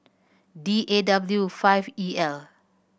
D A W five E L